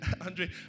Andre